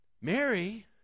Mary